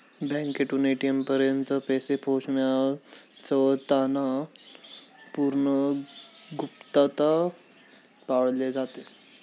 बँकेतून ए.टी.एम पर्यंत पैसे पोहोचवताना पूर्ण गुप्तता पाळली जाते